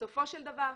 בסופו של דבר,